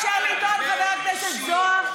חבר הכנסת זוהר,